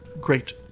great